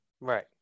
Right